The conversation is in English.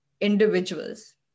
individuals